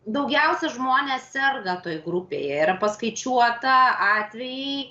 daugiausia žmonės serga toj grupėje yra paskaičiuota atvejai